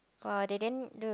!wah! they didn't do